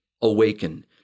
awaken